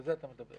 על זה אתה מדבר.